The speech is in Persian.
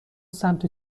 سمت